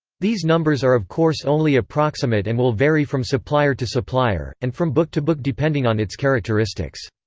these numbers are of course only approximate and will vary from supplier to supplier, and from book to book depending on its characteristics.